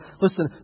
Listen